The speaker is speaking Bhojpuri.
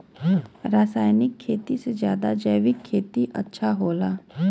रासायनिक खेती से ज्यादा जैविक खेती अच्छा होला